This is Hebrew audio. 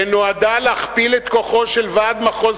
שנועדה להכפיל את כוחו של ועד מחוז